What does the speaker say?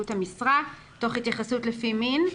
תוך התייחסות לפי מין.